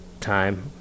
time